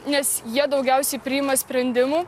nes jie daugiausiai priima sprendimų